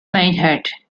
minded